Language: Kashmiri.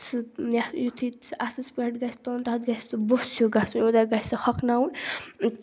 سُہ یُتھٕے سُہ اَتھس پیٚٹھ گَژھِ تُلن تَتھ گَژھِ سُہ بوٚس ہِیٛوٗ گَژھُن یوتاہ گَژھِ سُہ ہۄکھناوُن